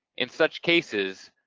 in such cases,